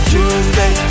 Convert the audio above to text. Tuesday